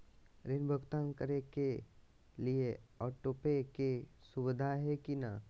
ऋण भुगतान करे के लिए ऑटोपे के सुविधा है की न?